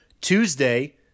Tuesday